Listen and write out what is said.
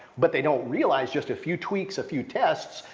but they don't realize just a few tweaks, a few tests,